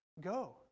go